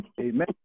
Amen